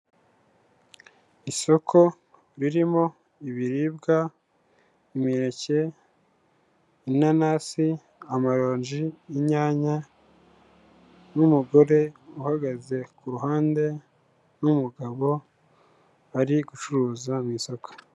Isoko ririmo ibiribwa, imineke, inanasi, amaronji n'inyanya, n'umugore uhagaze ku ruhande n'umugabo bari gucuruza mu isoko.